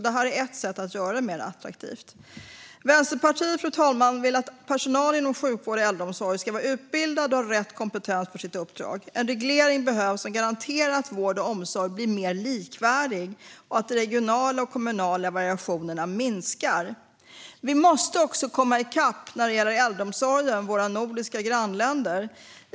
Det här är ett sätt att göra det mer attraktivt. Fru talman! Vänsterpartiet vill att personal inom sjukvård och äldreomsorg ska vara utbildad och ha rätt kompetens för sitt uppdrag. En reglering behövs för att garantera att vård och omsorg blir mer likvärdig och att de regionala och kommunala variationerna minskar. Vi måste också komma i kapp när det gäller äldreomsorgen i våra nordiska grannländer.